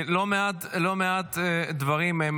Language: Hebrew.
כי לא מעט דברים,